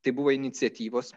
tai buvo iniciatyvos